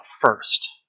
first